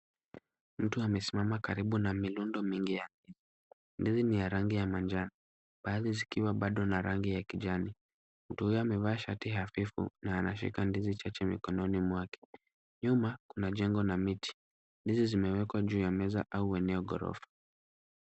Mtu amesimama karibu na mirundo mingi ya ndizi. Ndizi ni ya rangi ya manjano, baadhi zikiwa bado na rangi ya kijani. Mtu huyu amevaa shati hafifu na anashika ndizi chache mkononi mwake. Nyuma kuna jengo na miti. Ndizi zimewekwa juu ya meza au eneo ghorofa.